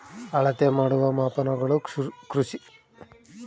ಅಳತೆ ಮಾಡುವ ಮಾಪನಗಳು ಕೃಷಿ ಕ್ಷೇತ್ರ ಅದರ ಮಹತ್ವ ಏನು ಅಂತ ನಮಗೆ ಸ್ವಲ್ಪ ತಿಳಿಸಬೇಕ್ರಿ?